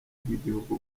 bw’igihugu